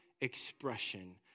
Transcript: expression